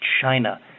China